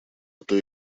той